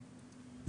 אוהדים?